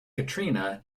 katrina